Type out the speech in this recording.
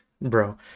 Bro